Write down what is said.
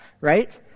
right